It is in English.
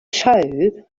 show